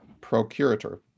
procurator